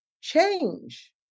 change